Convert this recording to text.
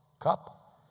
Cup